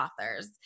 authors